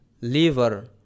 liver